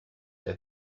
der